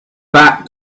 back